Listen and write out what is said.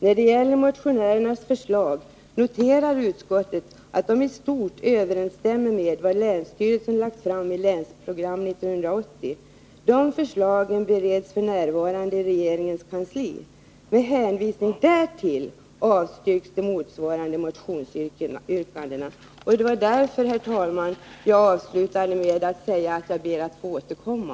När det gäller motionärernas förslag noterar utskottet att de i stort överensstämmer med vad länsstyrelsen lagt fram i Länsprogram 1980. De förslagen bereds f.n. i regeringens kansli. Med hänvisning därtill avstyrks de motsvarande motionsyrkandena.” Det var därför, herr talman, jag avslutade med att säga att jag ber att få återkomma.